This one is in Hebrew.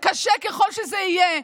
קשה ככל שזה יהיה.